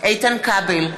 איתן כבל,